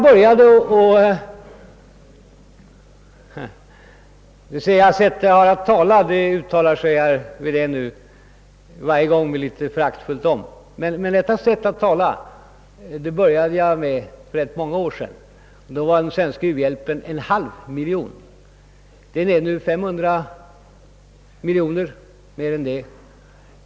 Mitit sätt att tala uttalar sig herr Wedén varje gång litet föraktfullt om, men detta sätt att tala började jag med för rätt många år sedan. Då var den svenska u-hjälpen en halv miljon kronor. Den är nu 500 miljoner kronor och mer än så.